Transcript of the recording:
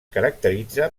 caracteritza